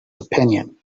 opinion